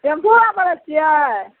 सेम्पुआ बोलय छियै